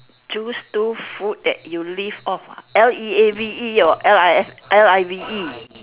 choose two food that you leave of L E A V E or L I V E